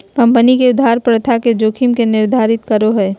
company के उधार प्रथा के जोखिम के निर्धारित करो हइ